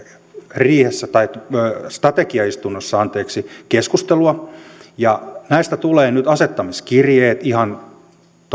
riihessä tai strategiaistunnossa anteeksi keskustelua näistä tulee nyt asettamiskirjeet ihan